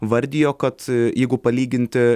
vardijo kad jeigu palyginti